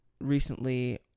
recently